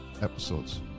episodes